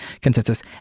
consensus